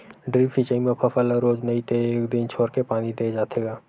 drip सिचई म फसल ल रोज नइ ते एक दिन छोरके पानी दे जाथे ग